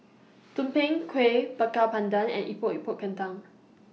Tumpeng Kueh Bakar Pandan and Epok Epok Kentang